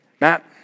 Matt